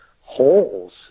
holes